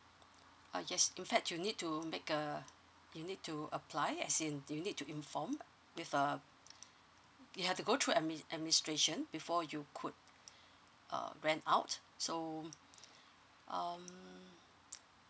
uh yes in that you need to make uh you need to apply as in do you need to inform with um you have to go through admiss administration before you could uh rent out so um